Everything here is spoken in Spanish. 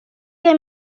que